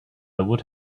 would